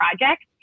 projects